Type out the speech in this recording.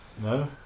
no